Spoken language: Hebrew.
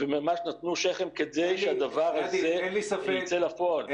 וממש נתנו שכם כדי שהדבר הזה יצא לפועל.